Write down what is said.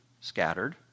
scattered